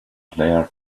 there